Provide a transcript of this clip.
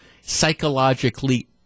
psychologically